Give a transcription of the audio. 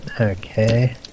Okay